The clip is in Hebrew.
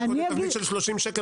אני קונה תבנית של 30 שקל,